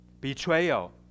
Betrayal